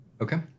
Okay